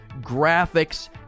graphics